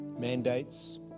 mandates